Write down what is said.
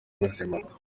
ubuzima